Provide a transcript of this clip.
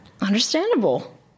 Understandable